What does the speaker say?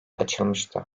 açılmıştı